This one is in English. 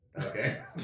Okay